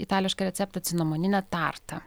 itališką receptą cinamoninę tartą